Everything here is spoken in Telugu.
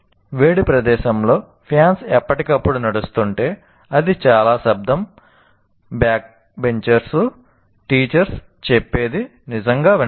వేడి ప్రదేశం లో ఫాన్స్ ఎప్పటికప్పుడు నడుస్తుంటే అది చాలా శబ్దం బ్యాక్బెంచర్లు టీచర్ చెప్పేది నిజంగా వినలేరు